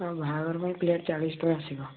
ତମ ବାହାଘର ପାଇଁ ପ୍ଲେଟ୍ ଚାଳିଶ ଟଙ୍କା ଆସିବ